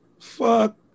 Fuck